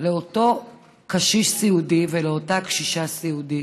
לאותו קשיש סיעודי ולאותה קשישה סיעודית.